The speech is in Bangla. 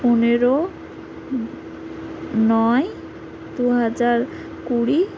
পনেরো নয় দু হাজার কুড়ি